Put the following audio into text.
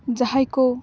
ᱡᱟᱦᱟᱭ ᱠᱚ